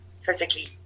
physically